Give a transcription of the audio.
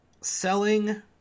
selling